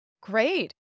Great